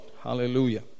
Hallelujah